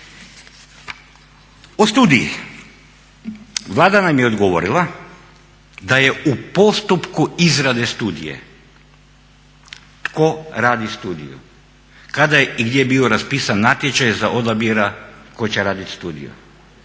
O studiji, Vlada nam je odgovorila da je u postupku izrade studije. Tko radi studiju? Kada je i gdje bio raspisan natječaj za odabir tko će raditi studiju?